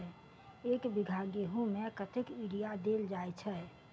एक बीघा गेंहूँ मे कतेक यूरिया देल जाय छै?